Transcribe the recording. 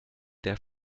der